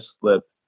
slip